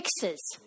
fixes